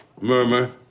Murmur